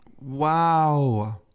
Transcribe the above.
Wow